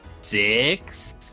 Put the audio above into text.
six